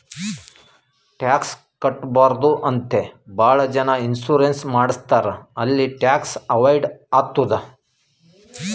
tax ಕಟ್ಬಾರ್ದು ಅಂತೆ ಭಾಳ ಜನ ಇನ್ಸೂರೆನ್ಸ್ ಮಾಡುಸ್ತಾರ್ ಅಲ್ಲಿ ಟ್ಯಾಕ್ಸ್ ಅವೈಡ್ ಆತ್ತುದ್